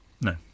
No